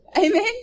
Amen